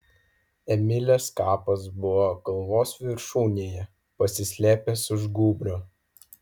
emilės kapas buvo kalvos viršūnėje pasislėpęs už gūbrio